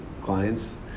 clients